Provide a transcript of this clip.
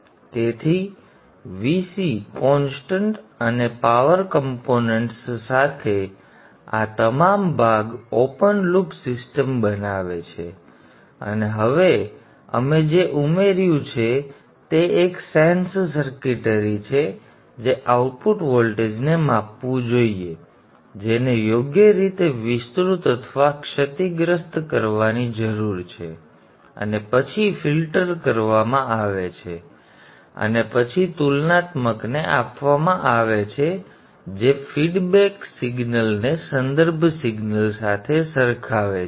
તેથી Vc constant અને power components સાથે આ તમામ ભાગ ઓપન લૂપ સિસ્ટમ બનાવે છે અને હવે અમે જે ઉમેર્યું છે તે એક સેન્સ સર્કિટરી છે જે આઉટપુટ વોલ્ટેજને માપવું જોઈએ જેને યોગ્ય રીતે વિસ્તૃત અથવા ક્ષતિગ્રસ્ત કરવાની જરૂર છે અને પછી ફિલ્ટર કરવામાં આવે છે અને પછી તુલનાત્મકને આપવામાં આવે છે જે ફીડબેક સિગ્નલ ને સંદર્ભ સિગ્નલ સાથે સરખાવે છે